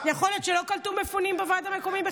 יכול להיות שלא קלטו מפונים בוועד המקומי בחברון?